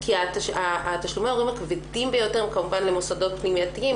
כי תשלומי ההורים הכבדים ביותר הם כמובן למוסדות פנימייתיים,